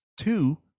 Two